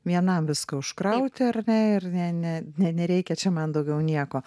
vienam viską užkrauti ar ne ir ne ne nereikia čia man daugiau nieko